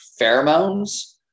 pheromones